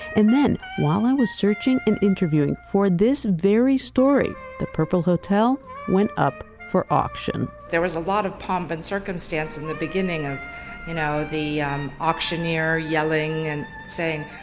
and then while i was searching and interviewing for this very story, the purple hotel went up for auction. there was a lot of pomp and circumstance in the beginning of you know the um auctioneer yelling and saying,